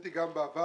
התבטאתי גם בעבר